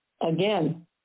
again